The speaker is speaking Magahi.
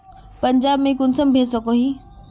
पंजाब में कुंसम भेज सकोही?